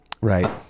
Right